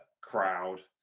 crowd